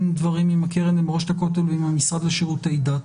ודברים עם הקרן למורשת הכותל ועם המשרד לשירותי דת.